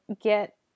get